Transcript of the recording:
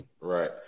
Right